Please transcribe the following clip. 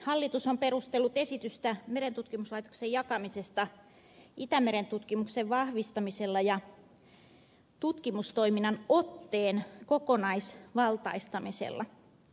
hallitus on perustellut esitystään merentutkimuslaitoksen jakamisesta itämeren tutkimuksen vahvistamisella ja tutkimustoiminnan otteen kokonaisvaltaistamisella